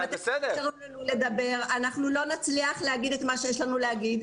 אם לא תאפשרו לנו לדבר אנחנו לא נצליח להגיד את מה שיש לנו להגיד.